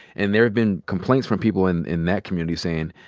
and there have been complaints from people in in that community, sayin',